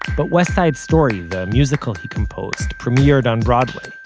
but west side story, the musical he composed, premiered on broadway